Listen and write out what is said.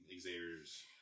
Xavier's